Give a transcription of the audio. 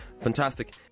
Fantastic